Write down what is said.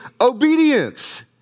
obedience